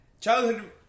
childhood